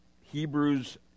Hebrews